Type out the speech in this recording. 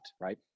right